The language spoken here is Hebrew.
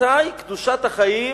מתי קדושת החיים